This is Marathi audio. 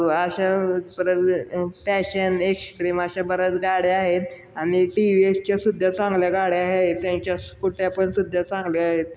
अशा पर पॅशन एशक्रीम अशा बऱ्याच गाड्या आहेत आणि टी वी एसच्यासुद्ध्या चांगल्या गाड्या आहेत त्यांच्या स्कुट्या पण सुद्धा चांगल्या आहेत